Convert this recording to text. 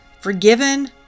forgiven